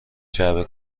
جعبه